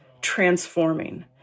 transforming